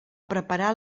preparar